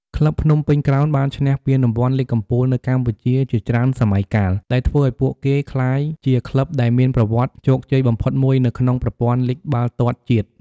ក្លឹបភ្នំពេញក្រោនបានឈ្នះពានរង្វាន់លីគកំពូលនៅកម្ពុជា ជាច្រើនសម័យកាល ដែលធ្វើឲ្យពួកគេក្លាយជាក្លឹបដែលមានប្រវត្តិជោគជ័យបំផុតមួយនៅក្នុងប្រព័ន្ធលីគបាល់ទាត់ជាតិ។